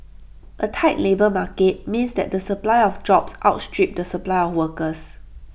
A tight labour market means that the supply of jobs outstrip the supply of workers